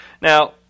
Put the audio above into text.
Now